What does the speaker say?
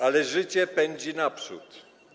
Ale życie pędzi naprzód.